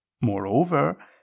moreover